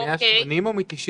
מ-180 או מ-90?